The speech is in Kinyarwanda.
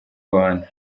abantu